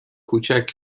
کوچک